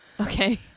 Okay